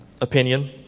opinion